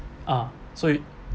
ah so you